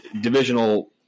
divisional –